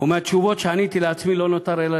ומהתשובות שעניתי לעצמי לא נותר אלא